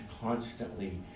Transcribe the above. constantly